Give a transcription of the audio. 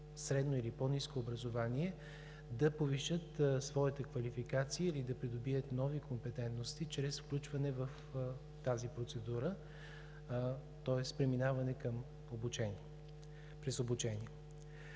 средно или по-ниско образование, да повишат своята квалификация или да придобият нови компетентности чрез включване в тази процедура. Тоест преминаване през обучение.